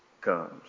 comes